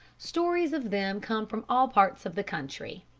stories of them come from all parts of the country.